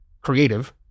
creative